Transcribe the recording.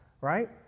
right